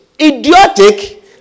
idiotic